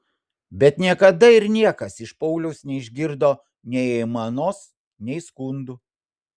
bet niekada ir niekas iš pauliaus neišgirdo nei aimanos nei skundų